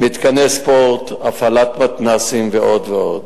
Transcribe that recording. מתקני ספורט, הפעלת מתנ"סים, ועוד ועוד.